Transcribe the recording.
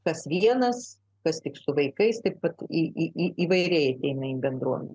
kas vienas kas tik su vaikais taip kad įvairiai įeina į bendruomenę